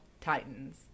Titans